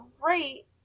great